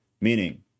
meaning